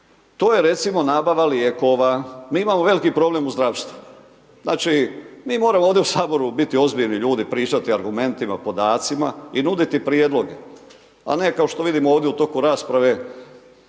to je recimo nabava lijekova, mi imamo veliki problem u zdravstvu. Znači mi moramo ovdje u saboru biti ozbiljni ljudi, pričati argumentima, podacima i nuditi prijedloge, a ne kao što vidim ovdje u toku rasprave,